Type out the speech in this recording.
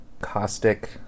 caustic